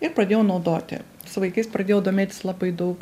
ir pradėjau naudoti su vaikais pradėjau domėtis labai daug